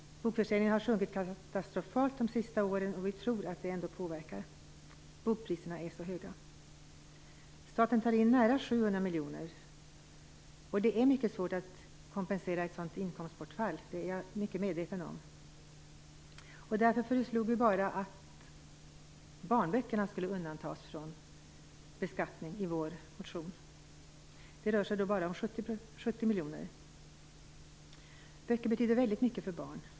Bokförsäljningen har sjunkit katastrofalt de senaste åren, och vi tror att de höga bokpriserna påverkar. Staten tar in nära 700 miljoner, och det är mycket svårt att kompensera ett sådant inkomstbortfall. Det är jag väl medveten om. Därför föreslog vi i vår motion att enbart barnböckerna skulle undantas från beskattning. Det rör sig då bara om 70 miljoner. Böcker betyder väldigt mycket för barn.